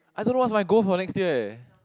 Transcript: I don't know what's my goal for next year eh